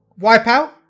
Wipeout